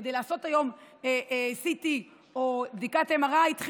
כדי לעשות היום CT או בדיקת MRI צריך